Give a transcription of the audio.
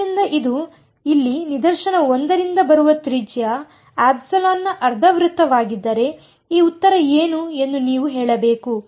ಆದ್ದರಿಂದ ಇದು ಇಲ್ಲಿ ನಿದರ್ಶನ 1 ರಿಂದ ಬರುವ ತ್ರಿಜ್ಯ ನ ಅರ್ಧವೃತ್ತವಾಗಿದ್ದರೆ ಈ ಉತ್ತರ ಏನು ಎಂದು ನೀವು ಹೇಳಬೇಕು